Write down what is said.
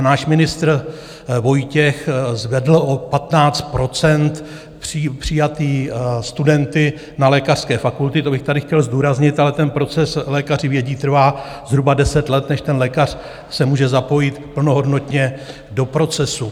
Náš ministr Vojtěch zvedl o 15 % přijaté studenty na lékařské fakulty, to bych tady chtěl zdůraznit, ale ten proces, lékaři vědí, trvá zhruba deset let, než lékař se může zapojit plnohodnotně do procesu.